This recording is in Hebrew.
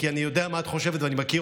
כי אני יודע מה את חושבת ואני מכיר